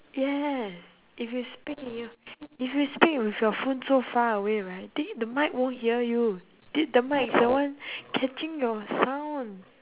yes if you speak if you if you speak with your phone so far away right then the mic won't hear you then the mic is the one catching your sound